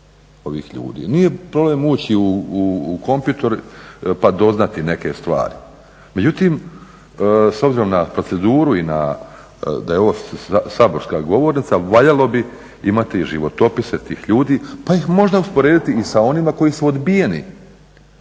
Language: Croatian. ovih ljudi. Nije problem uči u kompjuter pa doznati neke stvari. Međutim, s obzirom na proceduru i na, da je ovo saborska govornica valjalo bi imati životopise tih ljudi pa ih možda usporediti i sa onima koji su odbijeni,